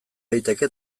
daiteke